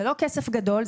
זה לא כסף גדול,